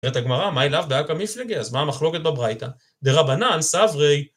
‫את הגמרא, מאי לאו דהכא מפלגי? ‫אז מה המחלוקת בבריתה? ‫דרבנן, סברי...